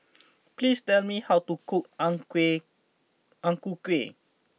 please tell me how to cook Ang Kueh Ang Ku Kueh